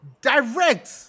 direct